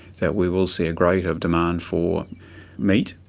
that we will see a greater demand for meat.